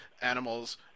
animals